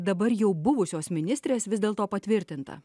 dabar jau buvusios ministrės vis dėlto patvirtinta